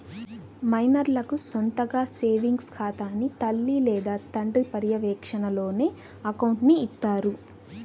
మైనర్లకు సొంతగా సేవింగ్స్ ఖాతాని తల్లి లేదా తండ్రి పర్యవేక్షణలోనే అకౌంట్ని ఇత్తారు